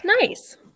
Nice